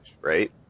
right